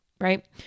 right